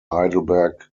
heidelberg